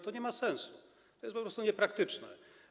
To nie ma sensu, to jest po prostu niepraktyczne.